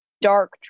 dark